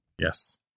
Yes